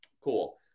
Cool